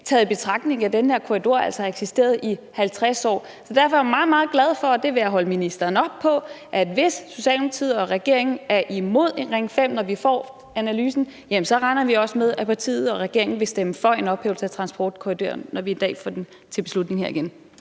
taget i betragtning at den her korridor altså har eksisteret i 50 år. Derfor er jeg meget, meget glad for, og det vil jeg holde ministeren op på, at hvis Socialdemokratiet og regeringen er imod en Ring 5, når vi får analysen, så vil – regner vi med – partiet og regeringen også stemme for en ophævelse af transportkorridoren, når vi en dag får den til beslutning her igen.